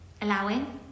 Allowing